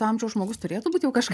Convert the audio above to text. amžiaus žmogus turėtų būt jau kažką